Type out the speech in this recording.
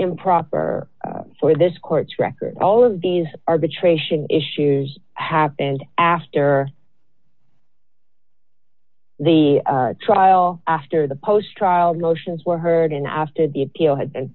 improper for this court's record all of these arbitration issues happened after the trial after the post trial motions were heard in after the appeal had been